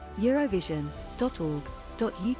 eurovision.org.uk